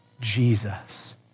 Jesus